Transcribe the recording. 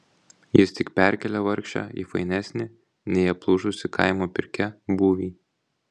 jis tik perkėlė vargšę į fainesnį nei aplūžusi kaimo pirkia būvį